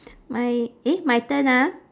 my eh my turn ah